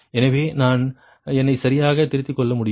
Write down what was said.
எனவே நான் என்னை சரியாக திருத்திக்கொள்ள முடியும்